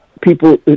People